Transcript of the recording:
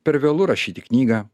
per vėlu rašyti knygą